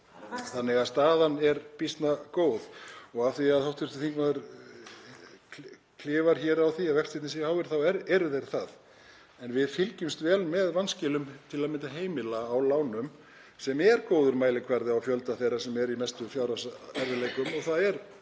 Þannig að staðan er býsna góð. Og af því að hv. þingmaður klifar á því að vextirnir séu háir, þá eru þeir það en við fylgjumst vel með vanskilum til að mynda heimila á lánum sem er góður mælikvarði á fjölda þeirra sem eru í mestum fjárhagserfiðleikum. Það er